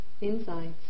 insights